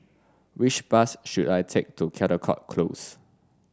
which bus should I take to Caldecott Close